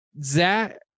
Zach